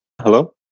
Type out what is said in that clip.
Hello